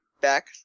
back